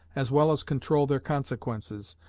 as well as control their consequences,